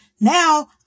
Now